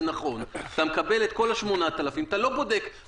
נכון, זה הרעיון של החוק.